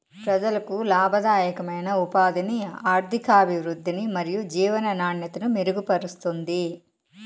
ప్రజలకు లాభదాయకమైన ఉపాధిని, ఆర్థికాభివృద్ధిని మరియు జీవన నాణ్యతను మెరుగుపరుస్తుంది